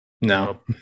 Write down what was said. no